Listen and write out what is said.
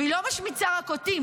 היא לא משמיצה רק אותי,